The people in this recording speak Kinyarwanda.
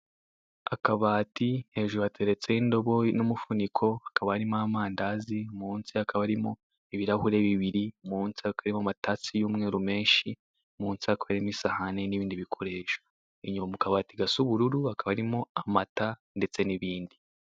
Akabati hejuru hateretseho indobo n'umufuniko, hakaba harimo amandazi, munsi hakaba harimo ibirahure bibiri, munsi hakaba harimo amatasi y'umweru menshi, munsi hakaba harimo isahane n'ibindi bikoresho. Inyuma mu kabati gasa ubururu hakaba harimo amata ndetse n'ibindi.